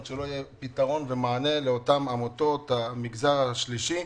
עד שלא יהיה פתרון ומענה לאותן עמותות המגזר השלישי.